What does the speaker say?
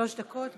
שלוש דקות.